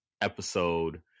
episode